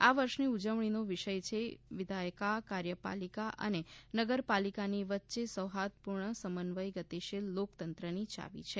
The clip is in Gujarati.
આ વર્ષની ઉજવણીનો વિષય છે વિધાયકા કાર્યપાલિકા અને નગરપાલિકાની વચ્ચે સૌહાદપૂર્ણ સમન્વય ગતિશીલ લોકતંત્રની ચાવી છે